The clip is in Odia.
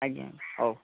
ଆଜ୍ଞା ହେଉ